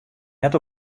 net